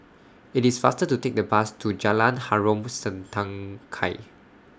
IT IS faster to Take The Bus to Jalan Harom Setangkai